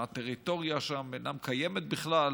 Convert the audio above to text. שהטריטוריה שם אינה קיימת בכלל.